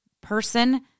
person